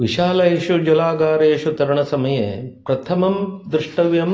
विशालेषु जलागारेषु तरणसमये प्रथमं द्रष्टव्यं